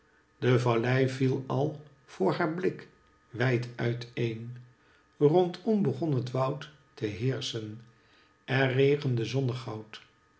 de vallei viel al voor haar blik wijd uit-een rondom begon het woud te heerschen er regende